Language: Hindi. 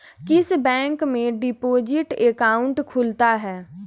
किस बैंक में डिपॉजिट अकाउंट खुलता है?